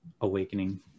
awakening